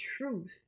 truth